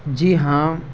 جی ہاں